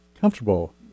comfortable